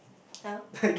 how